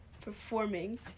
performing